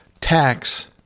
tax